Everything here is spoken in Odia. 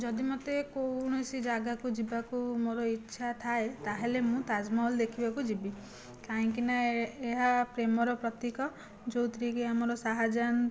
ଯଦି ମୋତେ କୌଣସି ଜାଗାକୁ ଯିବାକୁ ମୋର ଇଚ୍ଛା ଥାଏ ତା'ହେଲେ ମୁଁ ତାଜମହଲ ଦେଖିବାକୁ ଯିବି କାହିଁକି ନା ଏହା ପ୍ରେମର ପ୍ରତୀକ ଯେଉଁଥିରେ କି ଆମର ଶାହାଜାହାନ